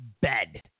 bed